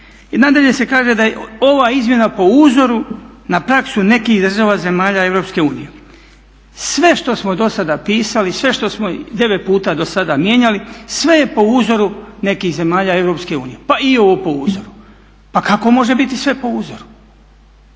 I nadalje se kaže da je ova izmjena po uzoru na praksu nekih država zemalja EU. Sve što smo do sada pisali i sve što smo 9 puta do sada mijenjali sve je po uzoru nekih zemalja EU pa i ovo po uzoru. Pa kako može biti sve po uzoru?